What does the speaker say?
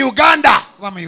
Uganda